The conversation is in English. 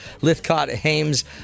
Lithcott-Hames